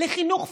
לחינוך פורמלי,